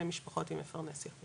למשפחות עם מפרנס יחיד